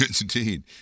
Indeed